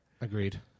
agreed